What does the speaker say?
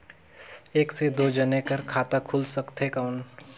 एक से दो जने कर खाता खुल सकथे कौन?